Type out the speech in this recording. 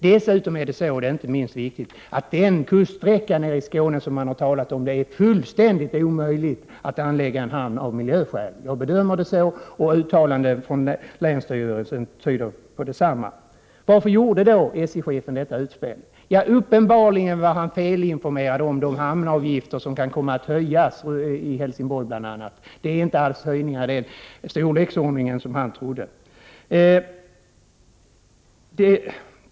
89 Inte minst viktigt är att det troligen är fullständigt omöjligt att av miljöskäl anlägga en hamn på den kuststräcka nere i Skåne som man har talat om. Jag bedömer det så, och uttalanden från länsstyrelsen tyder på detsamma. Varför gjorde då SJ-chefen detta utspel? Han var uppenbarligen felinformerad om de hamnavgifter som kan komma att höjas i bl.a. Helsingborg. Det är inte alls fråga om höjningar i den storlek som han trodde.